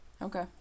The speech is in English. Okay